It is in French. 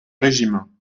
régimes